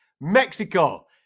Mexico